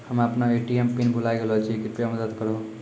हम्मे अपनो ATM PIN भुलाय गेलो छियै, कृपया मदत करहो